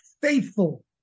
faithful